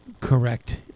correct